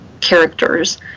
characters